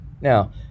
Now